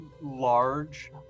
large